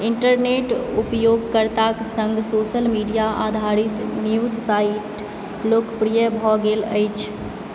internet उपयोगकर्ताक सङ्ग social media आधारित न्यूज साइट लोकप्रिय भऽ गेल अछि